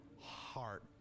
heart